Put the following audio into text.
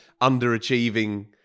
underachieving